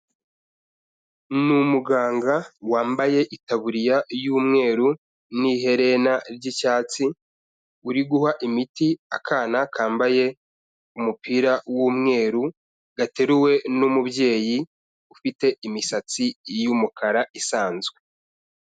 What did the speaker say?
Ni umuganga wambaye itaburiya y'umweru n'iherena ry'icyatsi, uri guha imiti akana kambaye umupira w'umweru, gateruwe n'umubyeyi ufite imisatsi y'umukara isanzwe.